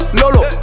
lolo